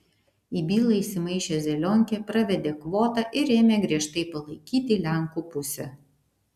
į bylą įsimaišė zelionkė pravedė kvotą ir ėmė griežtai palaikyti lenkų pusę